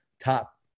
top